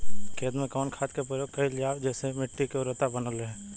खेत में कवने खाद्य के प्रयोग कइल जाव जेसे मिट्टी के उर्वरता बनल रहे?